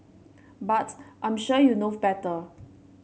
but I'm sure you know better